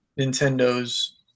Nintendo's